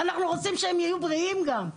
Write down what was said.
אנחנו רוצים שהם יהיו בריאים גם.